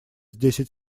десять